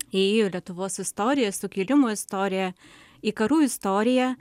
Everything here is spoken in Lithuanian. įėjo į lietuvos istoriją į sukilimų istoriją į karų istoriją